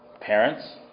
Parents